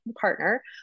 partner